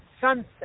sunset